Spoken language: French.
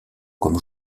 comme